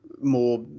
more